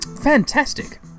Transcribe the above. Fantastic